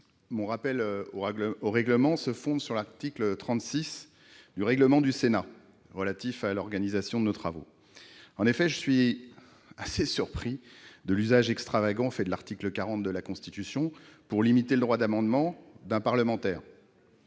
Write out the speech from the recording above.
Mon rappel au règlement se fonde sur l'article 36 du règlement du Sénat, relatif à l'organisation de nos travaux. Je suis quelque peu surpris de l'usage extravagant fait de l'article 40 de la Constitution pour limiter l'exercice du droit d'amendement d'un parlementaire.